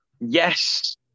yes